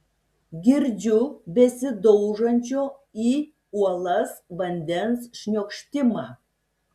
girdžiu besidaužančio į uolas vandens šniokštimą